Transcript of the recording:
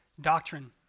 doctrine